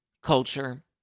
Culture